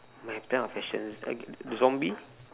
my plan of actions like the zombie